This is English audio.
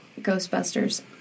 Ghostbusters